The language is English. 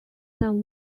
than